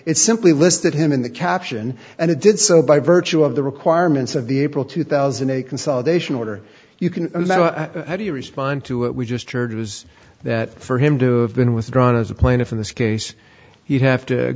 it simply listed him in the caption and it did so by virtue of the requirements of the april two thousand a consolidation order you can how do you respond to what we just heard was that for him to have been withdrawn as a plaintiff in this case you'd have to